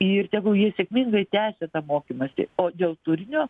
ir tegul jie sėkmingai tęsia mokymąsi o dėl turinio